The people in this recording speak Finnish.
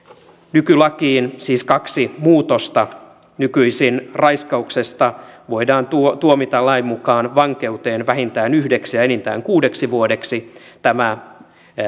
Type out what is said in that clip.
nykylakiin siis kaksi muutosta nykyisin raiskauksesta voidaan tuomita lain mukaan vankeuteen vähintään yhdeksi ja enintään kuudeksi vuodeksi tämä ensimmäinen